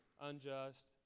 unjust